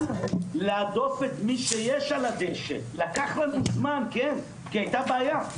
להדוף את מי שיש על הדשא לקח לנו זמן כי היתה בעיה.